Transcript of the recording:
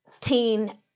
teen